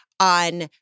on